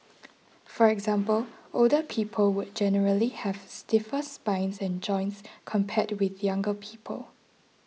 for example older people would generally have stiffer spines and joints compared with younger people